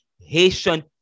Haitian